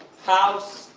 house.